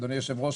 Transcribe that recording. אדוני היושב-ראש,